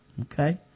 Okay